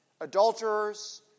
adulterers